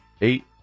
Eight